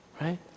right